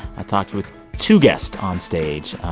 i talked with two guests onstage.